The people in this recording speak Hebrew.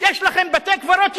יש לכם בתי-קברות יפים,